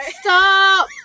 Stop